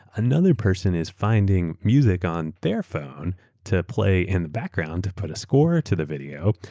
another person is finding music on their phone to play in the background to put a score to the video,